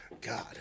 God